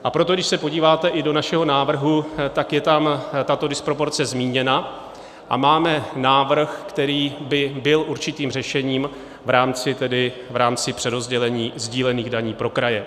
A proto když se podíváte i do našeho návrhu, tak je tam tato disproporce zmíněna a máme návrh, který by byl určitým řešením v rámci přerozdělení sdílených daní pro kraje.